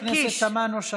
חברת הכנסת תמנו שטה.